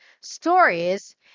stories